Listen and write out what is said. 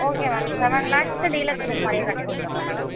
okay ma'am seven லேக்ஸ்ஸுக்கு deluxe room மாதிரியே கட்டிக்கொடுத்துர்றோம் மேடம்